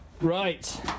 Right